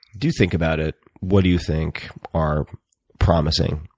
do think about it, what do you think are promising?